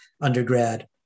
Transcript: undergrad